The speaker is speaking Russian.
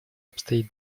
обстоит